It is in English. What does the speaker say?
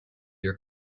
your